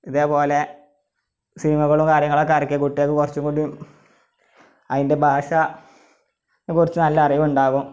ഇതേപോലെ സിനിമകളും കാര്യങ്ങളൊക്കെ ഇറക്കി കുട്ടികൾക്ക് കുറച്ചും കൂടിയും അതിൻ്റെ ഭാഷ കുറച്ച് നല്ല അറിവുണ്ടാകും